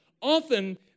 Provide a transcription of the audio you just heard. Often